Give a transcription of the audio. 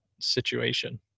situation